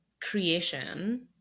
creation